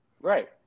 right